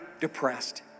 depressed